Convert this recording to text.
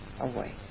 away